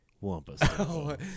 Wampus